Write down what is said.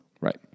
Right